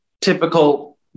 typical